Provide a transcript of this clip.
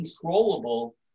controllable